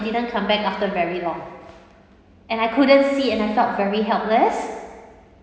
didn't come back after very long and I couldn't see and I felt very helpless